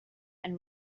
and